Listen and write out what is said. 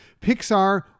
Pixar